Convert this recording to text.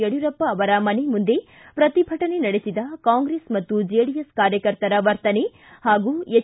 ಯಡ್ಕೂರಪ್ಪ ಅವರ ಮನೆ ಮುಂದೆ ಪ್ರತಿಭಟನೆ ನಡೆಸಿದ ಕಾಂಗ್ರೆಸ್ ಜೆಡಿಎಸ್ ಕಾರ್ಯಕರ್ತರ ವರ್ತನೆ ಹಾಗೂ ಎಚ್